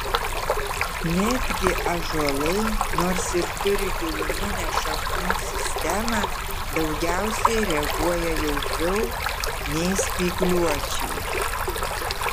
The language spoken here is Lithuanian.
netgi ąžuolai nors ir turi giluminę šaknų sistemą daugiausiai reaguoja jautriau nei spygliuočiai